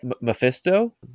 Mephisto